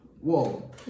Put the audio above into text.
whoa